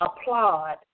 applaud